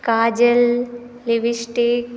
काजल लिविस्टिक